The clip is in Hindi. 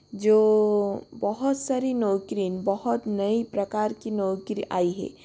जो बहुत सारी नौकरी बहुत नई प्रकार की नौकरी आई है